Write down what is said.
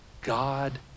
God